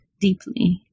deeply